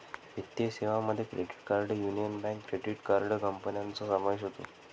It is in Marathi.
वित्तीय सेवांमध्ये credit card Union Bank credit card कंपन्यांचा समावेश होतो